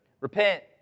Repent